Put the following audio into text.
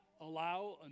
allow